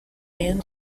band